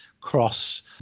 cross